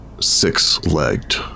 six-legged